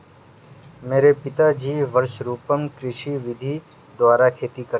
मेरे पिताजी वृक्षारोपण कृषि विधि द्वारा खेती करते हैं